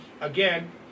Again